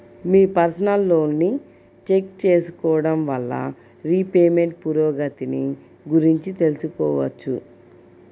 మీ personal లోన్ని check చేసుకోడం వల్ల రీపేమెంట్ పురోగతిని గురించి తెలుసుకోవచ్చు